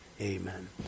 Amen